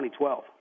2012